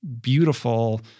beautiful